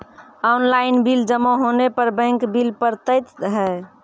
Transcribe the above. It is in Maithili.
ऑनलाइन बिल जमा होने पर बैंक बिल पड़तैत हैं?